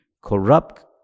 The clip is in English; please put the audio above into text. corrupt